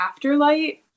Afterlight